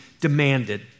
demanded